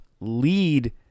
lead